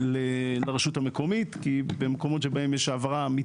ולכן עוד פעם,